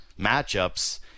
matchups